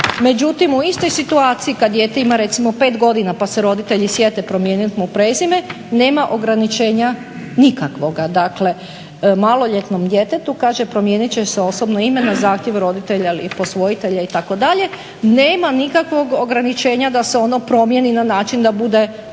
Međutim u istoj situaciji kad dijete ima recimo pet godina pa se roditelji sjete promijenit mu prezime nema ograničenja nikakvoga, dakle maloljetnom djetetu kaže promijenit će se osobno ime na zahtjev roditelja ili posvojitelja itd. Nema nikakvog ograničenja da se ono promijeni na način da bude prezime